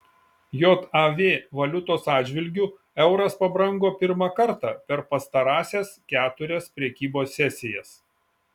jav valiutos atžvilgiu euras pabrango pirmą kartą per pastarąsias keturias prekybos sesijas